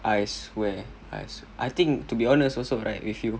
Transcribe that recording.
I swear I swear I think to be honest also right with you